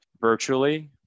virtually